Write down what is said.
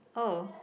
oh